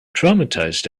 traumatized